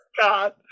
God